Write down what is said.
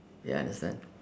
ya understand